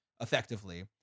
Effectively